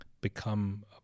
become